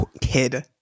kid